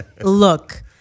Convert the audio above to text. look